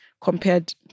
compared